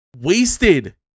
wasted